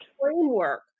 framework